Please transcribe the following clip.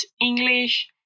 English